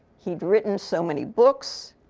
he'd written so many books.